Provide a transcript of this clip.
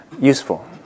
useful